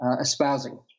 espousing